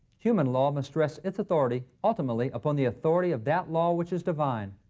human law must stress its authority ultimately upon the authority of that law, which is divine.